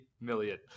million